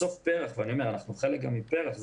אנחנו גם חלק מפר"ח,